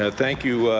ah thank you,